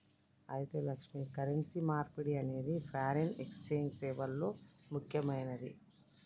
అయితే లక్ష్మి, కరెన్సీ మార్పిడి అనేది ఫారిన్ ఎక్సెంజ్ సేవల్లో ముక్యమైనది